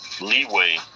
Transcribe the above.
leeway